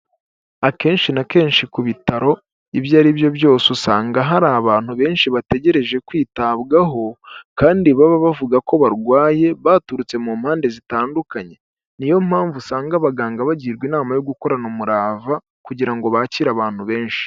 Akekenshi na kenshi ku bitaro ibyo ari byo byose usanga hari abantu benshi bategereje kwitabwaho kandi baba bavuga ko barwaye baturutse mu mpande zitandukanye, niyo mpamvu usanga abaganga bagirwa inama yo gukorana umurava kugira ngo bakire abantu benshi.